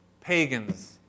pagans